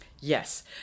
Yes